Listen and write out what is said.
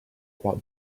about